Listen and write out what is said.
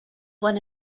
one